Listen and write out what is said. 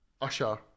Usher